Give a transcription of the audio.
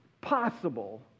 possible